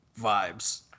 vibes